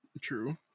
True